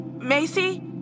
Macy